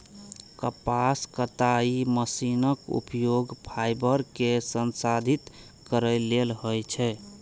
कपास कताइ मशीनक उपयोग फाइबर कें संसाधित करै लेल होइ छै